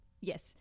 Yes